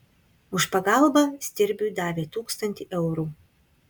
už pagalbą stirbiui davė tūkstantį eurų